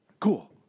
Cool